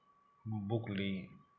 book Lee